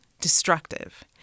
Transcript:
destructive